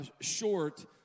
short